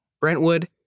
Brentwood